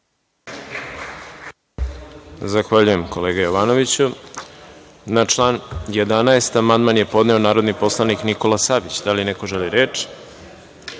Zahvaljujem, kolega Jovanoviću. Na član 11. amandman je podneo narodni poslanik Nikola Savić. Da li neko želi reč?